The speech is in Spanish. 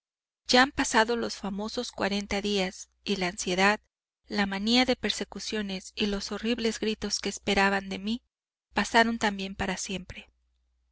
ya han pasado los famosos cuarenta días y la ansiedad la manía de persecuciones y los horribles gritos que esperaban de mí pasaron también para siempre